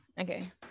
Okay